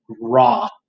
raw